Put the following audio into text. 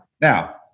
Now